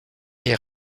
est